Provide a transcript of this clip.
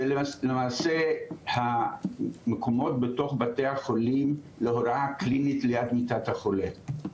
זה למעשה המקומות בתוך בתי החולים להוראה קלינית ליד מיטת החולה,